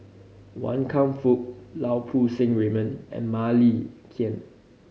Wan Kam Fook Lau Poo Seng Raymond and Mah Li